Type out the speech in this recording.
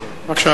בבקשה,